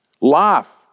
Life